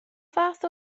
fath